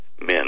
men